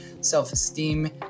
self-esteem